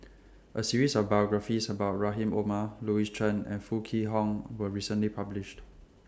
A series of biographies about Rahim Omar Louis Chen and Foo Kwee Horng was recently published